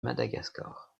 madagascar